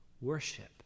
worship